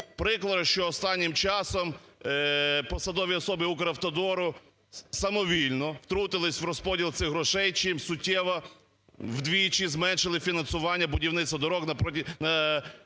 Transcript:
Прикро, що останнім часом посадові особи "Укравтодору" самовільно втрутилися в розподіл цих грошей, чим суттєво вдвічі зменшили фінансування будівництво доріг на